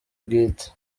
bwite